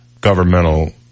governmental